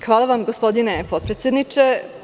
Hvala vam gospodine potpredsedniče.